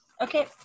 Okay